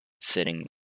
sitting